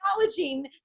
Acknowledging